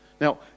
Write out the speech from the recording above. Now